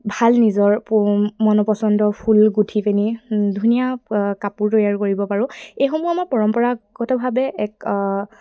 ভাল নিজৰ প মন পচন্দ ফুল গুঠি পিনি ধুনীয়া কাপোৰ তৈয়াৰ কৰিব পাৰোঁ এইসমূহ আমাৰ পৰম্পৰাগতভাৱে এক